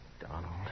Donald